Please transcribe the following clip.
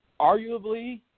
arguably